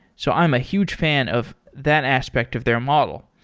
so i'm a huge fan of that aspect of their model.